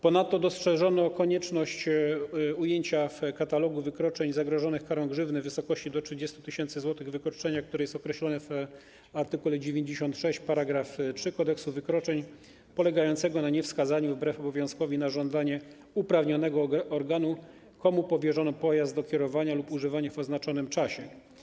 Ponadto dostrzeżono konieczność ujęcia w katalogu wykroczeń zagrożonych karą grzywny w wysokości do 30 tys. zł wykroczenia, które jest określone w art. 96 § 3 Kodeksu wykroczeń, polegającego na niewskazaniu wbrew obowiązkowi na żądanie uprawnionego organu, komu powierzono pojazd do kierowania lub używania w oznaczonym czasie.